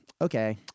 okay